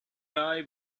rye